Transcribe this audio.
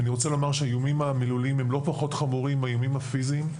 אני רוצה לומר שהאיומים המילוליים הם לא פחות חמורים מהאיומים הפיסיים.